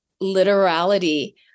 literality